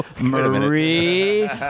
Marie